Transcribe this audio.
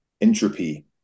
entropy